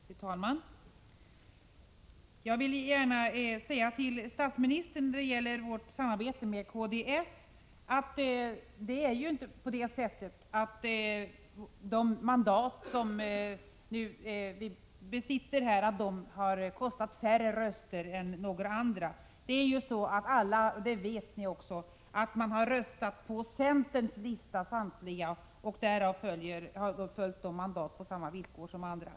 Fru talman! Jag vill för det första säga till statsministern, när det gäller vårt samarbete med kds, att de mandat som vi har i riksdagen inte har kostat färre röster än några andra mandat. Det är ju så — och det vet ni — att alla har röstat på centerns listor. Därav följer att vi har fått våra mandat på samma villkor som andra.